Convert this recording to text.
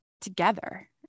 together